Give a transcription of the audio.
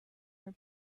for